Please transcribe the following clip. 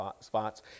spots